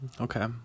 Okay